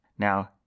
Now